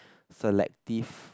selective